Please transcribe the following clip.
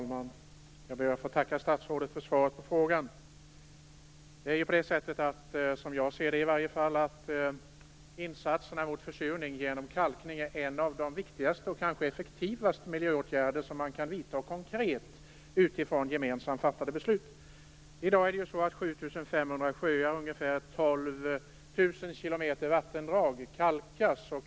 Herr talman! Jag ber att få tacka statsrådet för svaret på min interpellation. Som jag ser det är insatserna mot försurning genom kalkning en av de viktigaste och kanske effektivaste miljöåtgärder som man konkret kan vidta utifrån gemensamt fattade beslut. I dag kalkas 7 500 sjöar och ca 12 000 km vattendrag.